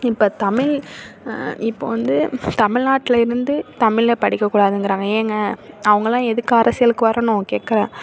இப்போ தமிழ் இப்போ வந்து தமிழ்நாட்டில் இருந்து தமிழை படிக்கக்கூடாதுங்கிறாங்க ஏங்க அவங்களாம் எதுக்கு அரசியலுக்கு வரணும் கேட்குறேன்